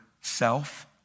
self